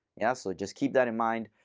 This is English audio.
yeah, so just keep that in mind.